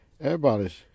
everybody's